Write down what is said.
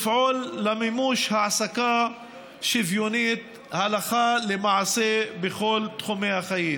לפעול למימוש העסקה שוויונית הלכה למעשה בכל תחומי החיים.